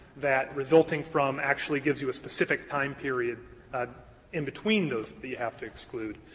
that resulting from actually gives you a specific time period in between those that you have to exclude.